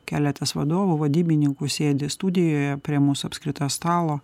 keletas vadovų vadybininkų sėdi studijoje prie mūsų apskritojo stalo